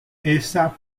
esa